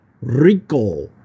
Rico